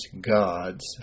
God's